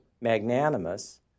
magnanimous